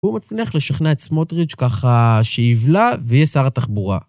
הוא מצליח לשכנע את סמוטריץ' ככה שיבלע ויהיה שר התחבורה.